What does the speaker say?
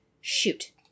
Shoot